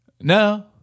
No